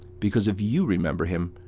because if you remember him,